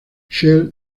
shell